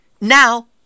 Now